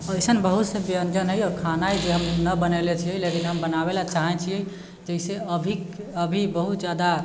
अइसन बहुतसे व्यञ्जन हइ आओर खाना हइ जे हम नहि बनैले छियै लेकिन हम बनाबै लेल चाहै छियै ताहिसँ अभी अभी बहुत ज्यादा